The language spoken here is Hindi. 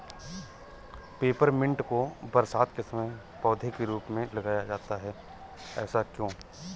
पेपरमिंट को बरसात के समय पौधे के रूप में लगाया जाता है ऐसा क्यो?